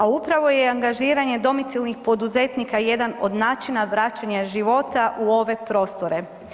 A upravo je i angažiranje domicilnih poduzetnika jedan od načina vraćanja života u ove prostore.